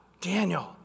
Daniel